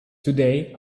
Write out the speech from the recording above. today